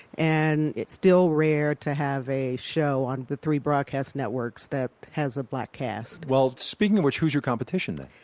and it's still rare to have a show on the three broadcast networks that has a black cast speaking of which, who's your competition then?